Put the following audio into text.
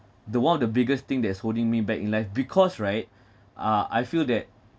the one of the biggest thing that is holding me back in life because right uh I feel that